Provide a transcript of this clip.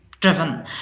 driven